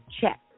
check